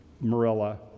Marilla